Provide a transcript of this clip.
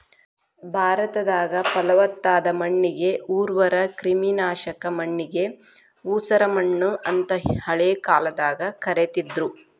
ಭಾರತದಾಗ, ಪಲವತ್ತಾದ ಮಣ್ಣಿಗೆ ಉರ್ವರ, ಕ್ರಿಮಿನಾಶಕ ಮಣ್ಣಿಗೆ ಉಸರಮಣ್ಣು ಅಂತ ಹಳೆ ಕಾಲದಾಗ ಕರೇತಿದ್ರು